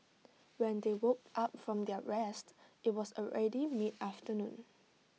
when they woke up from their rest IT was already mid afternoon